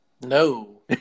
No